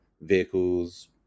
Vehicles